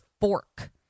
fork